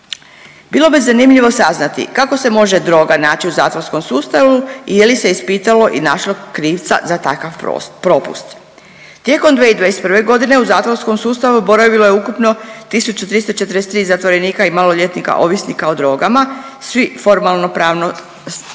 Bilo bi zanimljivo saznati kako se može droga naći u zatvorskom sustavu i je li se ispitalo i našlo krivca za takav propust. Tijekom 2021.g. u zatvorskom sustavu boravilo je ukupno 1.343 zatvorenika i maloljetnika ovisnika o drogama, svi u formalnopravnom statusu.